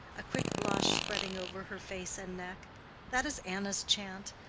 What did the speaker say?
a quick blush spreading over her face and neck that is anna's chant.